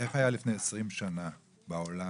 איך היה לפני עשרים שנה בעולם?